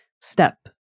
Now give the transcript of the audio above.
Step